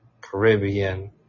Caribbean